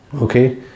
okay